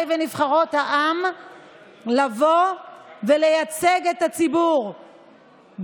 ונבחרות העם לבוא ולייצג את הציבור,